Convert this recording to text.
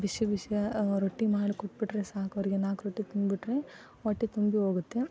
ಬಿಸಿ ಬಿಸಿ ರೊಟ್ಟಿ ಮಾಡ್ಕೊಟ್ಟು ಬಿಟ್ರೆ ಸಾಕು ಅವರಿಗೆ ನಾಲ್ಕು ರೊಟ್ಟಿ ತಿಂದ್ಬಿಟ್ರೆ ಹೊಟ್ಟೆ ತುಂಬಿ ಹೋಗುತ್ತೆ